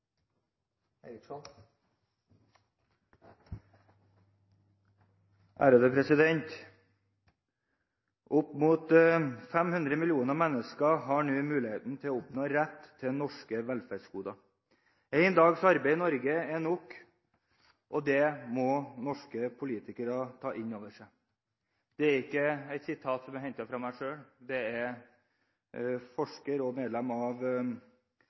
sak nr. 2. Opp mot 500 millioner mennesker har nå muligheten til å oppnå rett til norske velferdsgoder. «En dags arbeid i Norge er nok. Det må norske politikere ta inn over seg.» Det er ikke et sitat fra meg. Det er forsker og medlem av